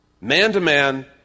man-to-man